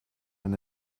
man